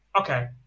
okay